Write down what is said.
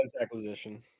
acquisition